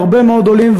להרבה מאוד עולים,